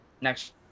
next